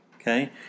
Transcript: Okay